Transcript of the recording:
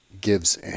gives